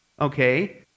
okay